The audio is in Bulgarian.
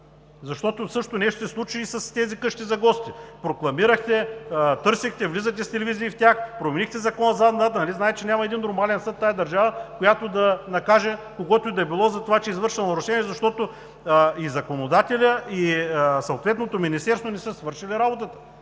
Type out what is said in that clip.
Същото нещо се случи и с тези къщи за гости – прокламирахте, търсехте, влизахте с телевизии в тях, променихте Закона със задна дата. Нали знаете, че няма един нормален съд в тази държава, който да накаже когото и да било за това, че е извършил нарушение, защото и законодателят, и съответното министерство не са си свършили работата?!